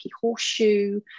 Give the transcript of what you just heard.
horseshoe